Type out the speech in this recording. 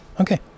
okay